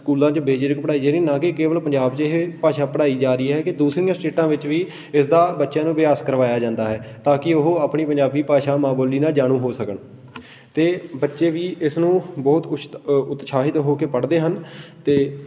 ਸਕੂਲਾਂ 'ਚ ਬੇਜਰਿਕ ਪੜ੍ਹਾਈ ਜਾ ਰਹੀ ਨਾ ਕਿ ਕੇਵਲ ਪੰਜਾਬ 'ਚ ਇਹ ਭਾਸ਼ਾ ਪੜ੍ਹਾਈ ਜਾ ਰਹੀ ਹੈ ਕਿ ਦੂਸਰੀਆਂ ਸਟੇਟਾਂ ਵਿੱਚ ਵੀ ਇਸ ਦਾ ਬੱਚਿਆਂ ਨੂੰ ਅਭਿਆਸ ਕਰਵਾਇਆ ਜਾਂਦਾ ਹੈ ਤਾਂ ਕਿ ਉਹ ਆਪਣੀ ਪੰਜਾਬੀ ਭਾਸ਼ਾ ਮਾਂ ਬੋਲੀ ਨਾਲ ਜਾਣੂ ਹੋ ਸਕਣ ਅਤੇ ਬੱਚੇ ਵੀ ਇਸਨੂੰ ਬਹੁਤ ਉਸ਼ਤ ਉਤਸ਼ਾਹਿਤ ਹੋ ਕੇ ਪੜ੍ਹਦੇ ਹਨ ਅਤੇ